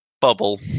bubble